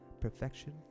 perfection